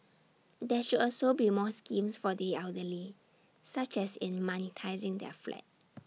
there should also be more schemes for the elderly such as in monetising their flat